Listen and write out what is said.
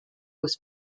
was